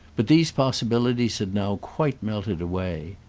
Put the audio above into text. but these possibilities had now quite melted away.